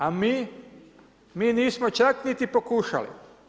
A mi, mi nismo čak niti pokušali.